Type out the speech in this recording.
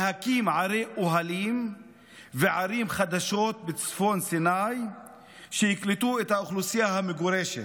להקים ערי אוהלים וערים חדשות בצפון סיני שיקלטו את האוכלוסייה המגורשת,